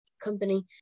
company